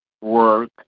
work